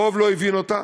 הרוב לא הבין אותה,